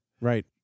Right